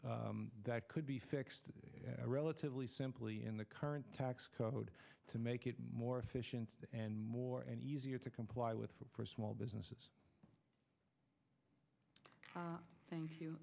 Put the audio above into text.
that could be fixed relatively simply in the current tax code to make it more efficient and more and easier to comply with for small businesses the t